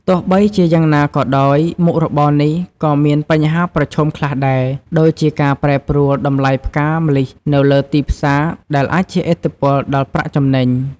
ទោះបីជាយ៉ាងណាក៏ដោយ មុខរបរនេះក៏មានបញ្ហាប្រឈមខ្លះដែរ ដូចជាការប្រែប្រួលតម្លៃផ្កាម្លិះនៅលើទីផ្សាដែលរអាចជះឥទ្ធិពលដល់ប្រាក់ចំណេញ។